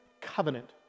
covenant